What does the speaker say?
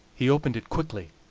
he opened it quickly,